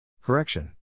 Correction